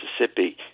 Mississippi